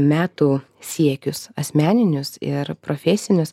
metų siekius asmeninius ir profesinius